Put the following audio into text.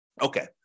Okay